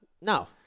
No